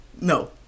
No